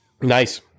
Nice